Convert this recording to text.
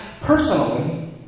personally